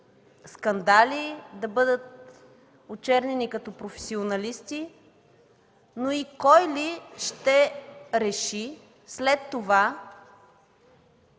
скандали, да бъдат очернени като професионалисти, но и кой ли ще реши след това